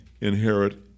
inherit